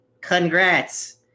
Congrats